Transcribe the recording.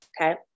okay